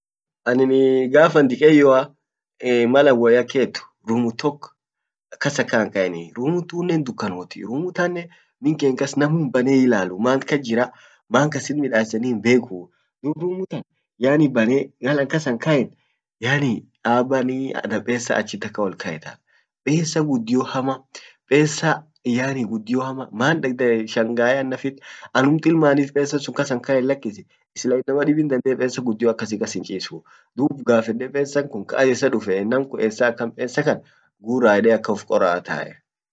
annin gaf an dikeyyoa malan woyyaket rumu tok kas akan an kaenii rumun tunen dukkanoti rumu tanen min ken kas namu bane hiilalu mant kajjira maan kasit midasen namu himbekuu dub rumutan yaani bane malan kas kaen yaani abbanii ada pesa akankassit olkayetaa, pesa guddio hama pesa yaani guddio hama maan dandae shangae an naffit anumt ilmani lakisi pesa sun kassit lajisi sila inama kadibin dandee pesa sun kasssin cchisuu dub uf gaffede pesan kun essa dufee nam kun essa akan pesa sun gura edeuf koraa.